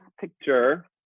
picture